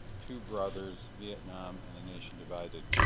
two brothers, vietnam and a nation divided.